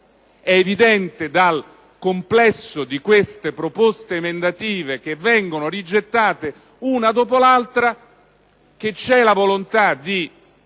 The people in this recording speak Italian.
È evidente dal complesso di queste proposte emendative, che vengono rigettate una dopo l'altra, che c'è la volontà di